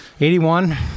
81